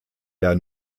der